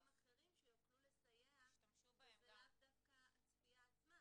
אחרים שיוכלו לסייע שהם לאו דווקא הצפייה.